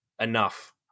enough